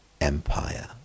Empire